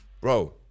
bro